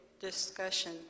discussion